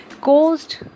caused